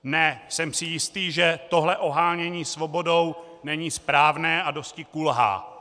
Ne, jsem si jist, že tohle ohánění svobodou není správné a dosti kulhá.